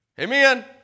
Amen